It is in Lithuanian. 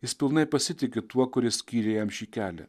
jis pilnai pasitiki tuo kuris skyrė jam šį kelią